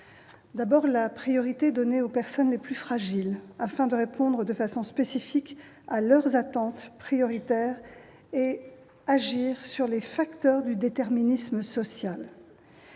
D'abord, priorité est donnée aux personnes les plus fragiles, afin de répondre de façon spécifique à leurs attentes prioritaires et d'agir sur les facteurs du déterminisme social.